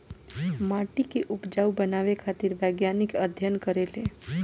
माटी के उपजाऊ बनावे खातिर वैज्ञानिक अध्ययन करेले